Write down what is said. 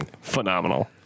Phenomenal